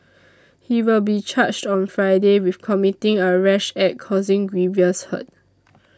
he will be charged on Friday with committing a rash act causing grievous hurt